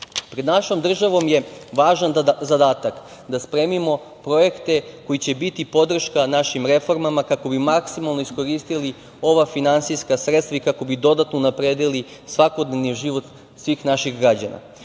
našom državom je važan zadatak, da spremimo projekte koji će biti podrška našim reformama, kako bi maksimalno iskoristili ova finansijska sredstva i kako bi dodatno unapredili svakodnevni život svih naših građana.